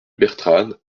bertranne